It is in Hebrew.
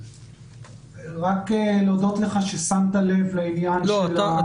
רק להודות לך ששמת לב לעניין שלנו.